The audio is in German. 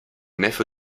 neffe